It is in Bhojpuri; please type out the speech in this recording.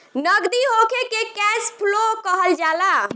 नगदी होखे के कैश फ्लो कहल जाला